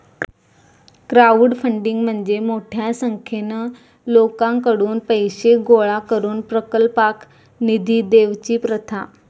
crowdfunding म्हणजे मोठ्या संख्येन लोकांकडुन पैशे गोळा करून प्रकल्पाक निधी देवची प्रथा